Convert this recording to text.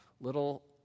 Little